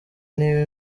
niba